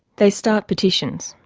they start petitions,